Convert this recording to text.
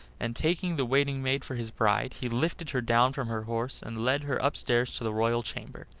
and taking the waiting-maid for his bride, he lifted her down from her horse and led her upstairs to the royal chamber.